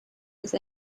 with